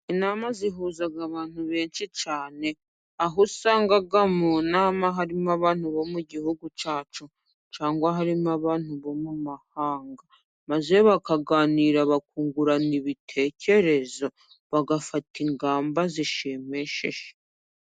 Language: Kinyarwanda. Inama zihuza abantu benshi cyane, aho usanga mu nama harimo abantu bo mu gihugu cyacu cyangwa harimo abantu bo mu mahanga, maze bakaganira bakungurana ibitekerezo, bagafata ingamba zishimishije.